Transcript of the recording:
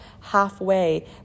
halfway